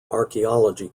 archaeology